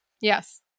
Yes